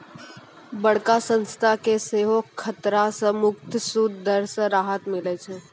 बड़का संस्था के सेहो खतरा से मुक्त सूद दर से राहत मिलै छै